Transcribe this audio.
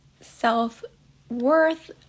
self-worth